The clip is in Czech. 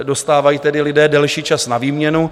Dostávají tedy lidé delší čas na výměnu.